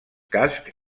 cascs